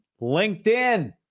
LinkedIn